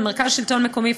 מרכז השלטון המקומי,